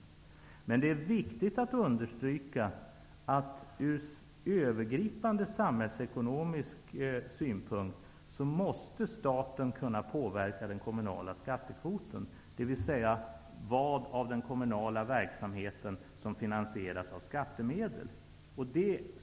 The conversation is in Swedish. Det är emellertid viktigt att understryka att det ur övergripande samhällsekonomisk synpunkt är nödvändigt att staten kan påverka den kommunala skattekvoten, dvs. vilka delar av den kommunala verksamheten som finansieras av skattemedel.